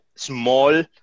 small